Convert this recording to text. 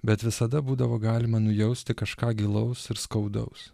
bet visada būdavo galima nujausti kažką gilaus ir skaudaus